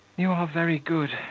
you are very good,